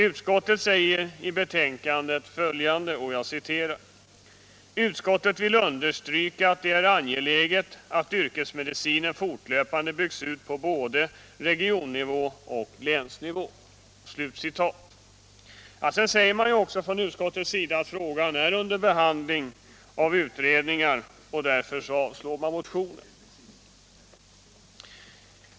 Utskottet säger i betänkandet följande: ”Utskottet vill understryka att det är angeläget att yrkesmedicinen fortlöpande byggs ut på både regionnivå och länsnivå.” Sedan säger utskottet att frågan är under behandling i utredningar och yrkar därför avslag på motionen.